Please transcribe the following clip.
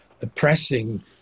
oppressing